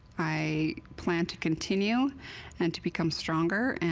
i plan to continue and to become stronger and